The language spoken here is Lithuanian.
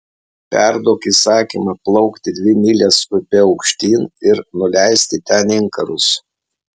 perduok įsakymą plaukti dvi mylias upe aukštyn ir nuleisti ten inkarus